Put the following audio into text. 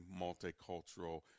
multicultural